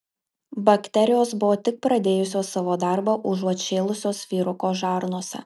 bakterijos buvo tik pradėjusios savo darbą užuot šėlusios vyruko žarnose